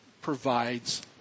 provides